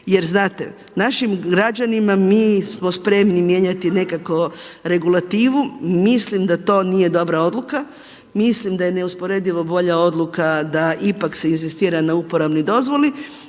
Jer znate, našim građanima mi smo spremni mijenjati nekako regulativu, mislim da to nije dobra odluka, mislim da je neusporedivo bolja odluka da ipak se inzistira na uporabnoj dozvoli